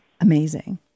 Amazing